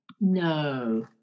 No